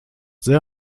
sehr